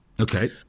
okay